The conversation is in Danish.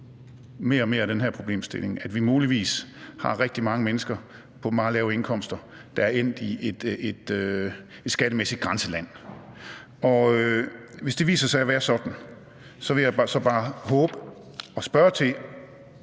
at vi muligvis har rigtig mange mennesker på meget lave indkomster, der er endt i et skattemæssigt grænseland. Og hvis det viser sig at være sådan, vil jeg bare håbe og spørge: